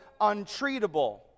untreatable